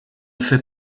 fait